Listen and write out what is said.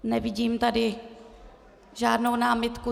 Nevidím tady žádnou námitku.